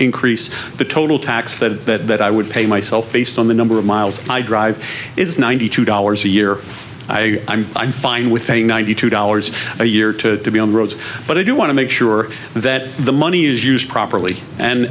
increase the total tax that i would pay myself based on the number of miles i drive is ninety two dollars a year i i'm i'm fine with paying ninety two dollars a year to be on the roads but i do want to make sure that the money is used properly